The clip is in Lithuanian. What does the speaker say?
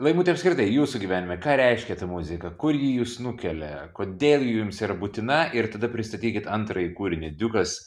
laimuti apskritai jūsų gyvenime ką reiškia ta muzika kuri jus nukelia kodėl jums yra būtina ir tada pristatykit antrąjį kūrinį diukas